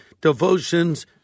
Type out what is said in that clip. Devotions